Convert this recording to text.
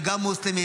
וגם מוסלמי,